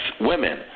women